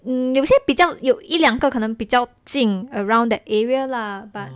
有些比较有一两个可能比较近 around that area lah but